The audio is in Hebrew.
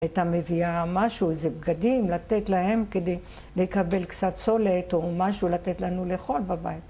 הייתה מביאה משהו, איזה בגדים, לתת להם כדי לקבל קצת סולת או משהו לתת לנו לאכול בבית.